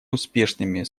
успешными